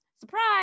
surprise